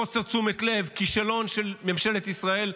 חוסר תשומת לב, כישלון של ממשלת ישראל,